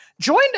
joined